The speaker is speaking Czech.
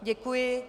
Děkuji.